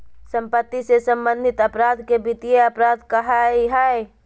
सम्पत्ति से सम्बन्धित अपराध के वित्तीय अपराध कहइ हइ